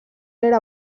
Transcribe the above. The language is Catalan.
era